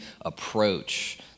approach